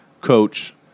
coach